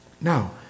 Now